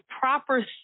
proper